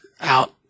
out